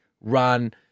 run